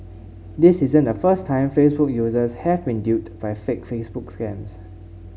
this isn't the first time Facebook users have been duped by fake Facebook scams